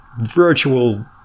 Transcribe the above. virtual